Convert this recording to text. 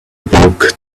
broke